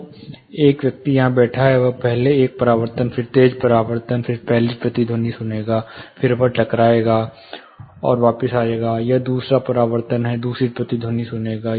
तो एक व्यक्ति यहां बैठा है वह पहले एक परावर्तन फिर तेज परावर्तन फिर पहली प्रतिध्वनि सुनेगा फिर वह टकराएगा और वापस आएगा वह दूसरा परावर्तन है दूसरी प्रतिध्वनि सुनेगा